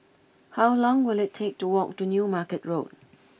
How long will it take to walk to New Market Road